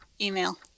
Email